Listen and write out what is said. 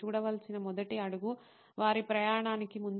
చూడవలసిన మొదటి అడుగు వారి ప్రయాణానికి ముందు